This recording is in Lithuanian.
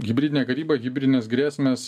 hibridinė karyba hibridinės grėsmės